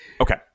Okay